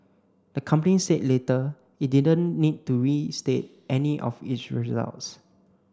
the company said later it didn't need to restate any of its results